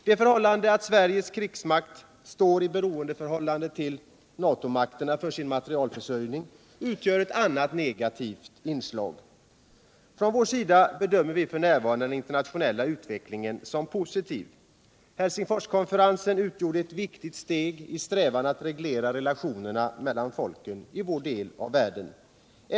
Det förhållandet att Sveriges krigsmakt står i beroendeförhållande till Natomakterna för sin materielförsörjning utgör ett annat negativt inslag. Från vår sida bedömer vi f.n. den internationella utvecklingen positivt. Helsingforskonferensen utgjorde ett viktigt steg i strävan att reglera relationerna mellan folken i vår del av världen.